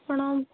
ଆପଣ